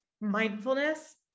mindfulness